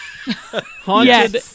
Haunted